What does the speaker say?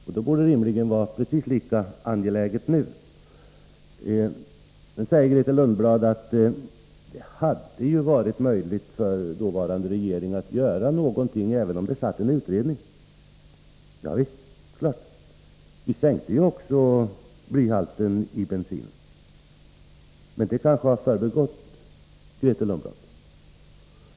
Därför bör det rimligen vara precis lika angeläget nu att påpeka vad regeringen bör göra. Sedan säger Grethe Lundblad att det hade varit möjligt för den dåvarande regeringen att göra något även om en utredning arbetade. Ja visst — och vi sänkte också blyhalten i bensin. Men det kanske har förbigått Grethe Lundblad.